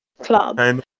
club